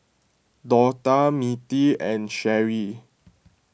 Dortha Mirtie and Sherrie